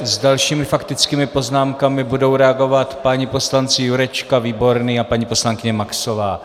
S dalšími faktickými poznámkami budou reagovat páni poslanci Jurečka, Výborný a paní poslankyně Maxová.